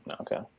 Okay